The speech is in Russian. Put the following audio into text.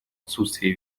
отсутствия